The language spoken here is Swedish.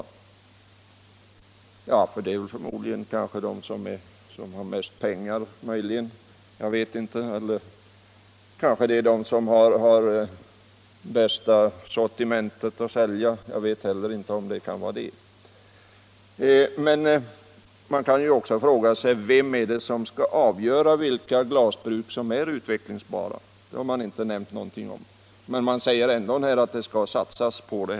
— la glasindustrin Ja, det är förmodligen de som har mest pengar, jag vet inte, eller kanske de som har bästa sortimentet att sälja, men jag vet inte heller om det kan vara dessa. Man kan också fråga vem som skall avgöra vilka glasbruk som är utvecklingsbara. Det har man inte heller nämnt någonting om, trots att man sagt att det skall satsas på dem.